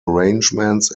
arrangements